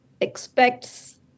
expects